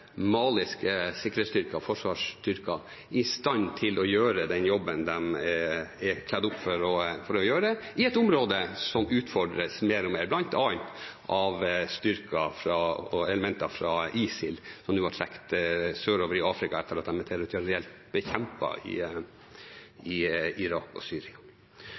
maliske sikkerhets- og forsvarsstyrker i stand til å gjøre den jobben de er trent opp for å gjøre, i et område som utfordres mer og mer, bl.a. av styrker og elementer fra ISIL, som nå har trukket sørover i Afrika etter at de er territorielt bekjempet i Irak og Syria.